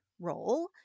role